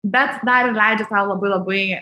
bet dar ir leidžia tau labai labai